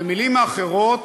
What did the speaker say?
במילים אחרות,